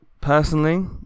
personally